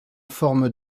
forme